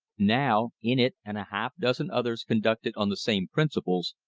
now, in it and a half dozen others conducted on the same principles,